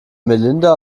melinda